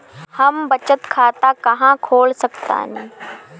हम बचत खाता कहां खोल सकतानी?